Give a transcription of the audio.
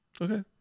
Okay